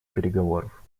переговоров